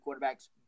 quarterbacks